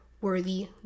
worthy